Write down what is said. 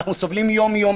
אנחנו סובלים יום יום,